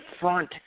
front